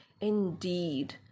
Indeed